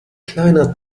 kleiner